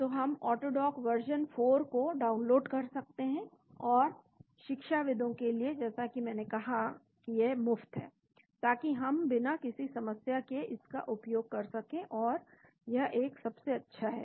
तो हम AutoDock version 4 को डाउनलोड कर सकते हैं और शिक्षाविदों के लिए जैसा कि मैंने कहा कि यह मुफ़्त है ताकि हम बिना किसी समस्या के इसका उपयोग कर सकें और यह एक सबसे अच्छा है